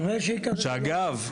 שאגב,